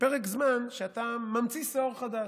פרק זמן שאתה ממציא שאור חדש.